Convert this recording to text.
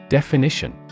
Definition